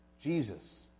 Jesus